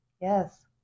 Yes